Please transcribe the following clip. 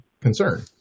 concern